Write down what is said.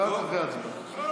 רק אחרי ההצבעה,